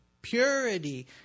purity